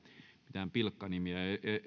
mitään pilkkanimiä